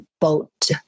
boat